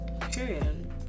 Period